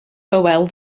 hywel